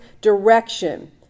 direction